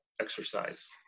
exercise